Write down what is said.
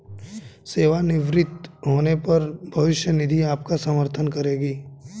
सेवानिवृत्त होने पर भविष्य निधि आपका समर्थन करेगी